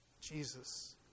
Jesus